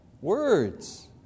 Words